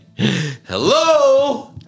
Hello